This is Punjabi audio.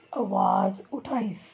ਆਵਾਜ਼ ਉਠਾਈ ਸੀ